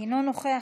אינו נוכח,